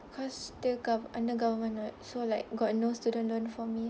because still gov~ under government [what] so like got no student loan for me